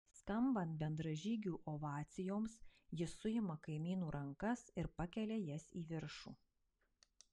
skambant bendražygių ovacijoms jis suima kaimynų rankas ir pakelia jas į viršų